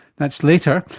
that's later,